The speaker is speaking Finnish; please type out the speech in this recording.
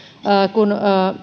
kun